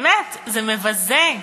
באמת, זה מבזה.